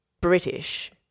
British